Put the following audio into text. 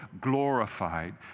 glorified